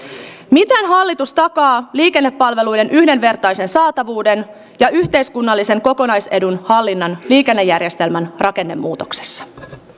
miten hallitus takaa liikennepalveluiden yhdenvertaisen saatavuuden ja yhteiskunnallisen kokonaisedun hallinnan liikennejärjestelmän rakennemuutoksessa